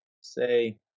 say